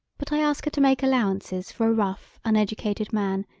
but i ask her to make allowances for a rough, uneducated man,